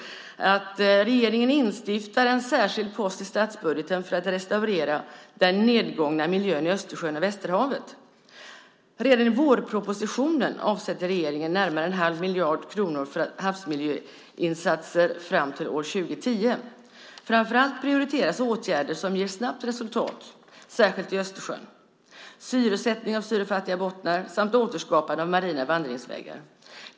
Där står det så här: "Regeringen instiftar en särskild post i statsbudgeten för att restaurera den nedgångna miljön i Östersjön och Västerhavet. Redan i vårpropositionen avsätter regeringen närmare en halv miljard kronor för havsmiljöinsatser fram till år 2010. Framför allt prioriteras åtgärder som ger snabbt resultat, särskilt i Östersjön: syresättning av syrefattiga bottnar samt återskapande av marina vandringsvägar.